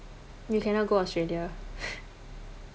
you cannot go australia